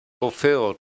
fulfilled